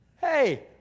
Hey